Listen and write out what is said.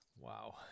Wow